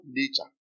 nature